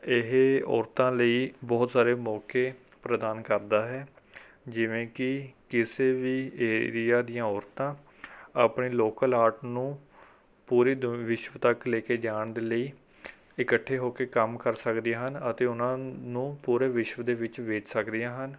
ਇਹ ਔਰਤਾਂ ਲਈ ਬਹੁਤ ਸਾਰੇ ਮੌਕੇ ਪ੍ਰਦਾਨ ਕਰਦਾ ਹੈ ਜਿਵੇਂ ਕਿ ਕਿਸੇ ਵੀ ਏਰੀਆ ਦੀਆਂ ਔਰਤਾਂ ਆਪਣੇ ਲੋਕਲ ਆਰਟ ਨੂੰ ਪੂਰੇ ਦੁ ਵਿਸ਼ਵ ਤੱਕ ਲੈ ਕੇ ਜਾਣ ਦੇ ਲਈ ਇਕੱਠੇ ਹੋ ਕੇ ਕੰਮ ਕਰ ਸਕਦੀਆਂ ਹਨ ਅਤੇ ਉਨ੍ਹਾਂ ਨੂੰ ਪੂਰੇ ਵਿਸ਼ਵ ਦੇ ਵਿੱਚ ਵੇਚ ਸਕਦੀਆਂ ਹਨ